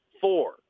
four